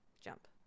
jump